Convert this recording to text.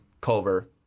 Culver